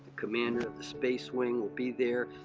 commander of the space wing will be there.